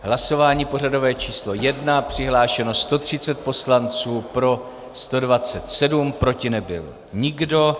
Hlasování pořadové číslo 1: přihlášeno 130 poslanců, pro 127, proti nebyl nikdo.